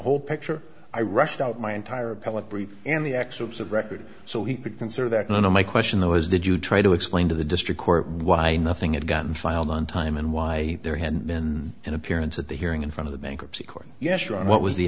whole picture i rushed out my entire appellate brief and the excerpts of record so he could consider that none of my question though is did you try to explain to the district court why nothing of gotten filed on time and why there hadn't been an appearance at the hearing in front of the bankruptcy court yesterday and what was the